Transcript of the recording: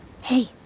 Hey